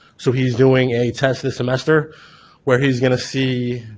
so he's doing a test this semester where he's gonna see